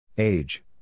Age